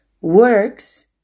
Works